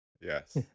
Yes